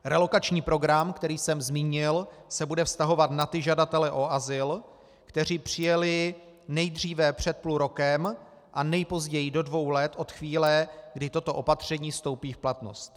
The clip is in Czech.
Relokační program, který jsem zmínil, se bude vztahovat na ty žadatele o azyl, kteří přijeli nejdříve před půl rokem a nejpozději do dvou let od chvíle, kdy toto opatření vstoupí v platnost.